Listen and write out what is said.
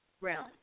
realm